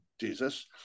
Jesus